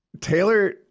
Taylor